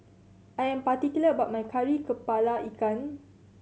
I am particular about my Kari Kepala Ikan